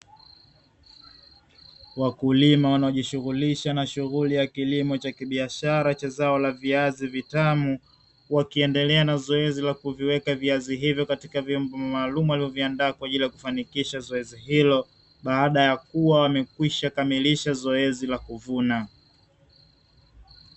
Wakulima wanaojishughulisha na shughuli ya kilimo cha kibiashara cha zao la viazi vitamu, wakiendelea na zoezi la kuviweka viazi hivyo katika vyombo maalumu walivyoviandaa kwa ajili ya kufanikisha zoezi hilo, baada ya kuwa wamekwisha kamilisha zoezi la kuvuna.